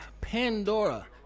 Pandora